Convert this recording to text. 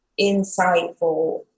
insightful